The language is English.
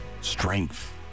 strength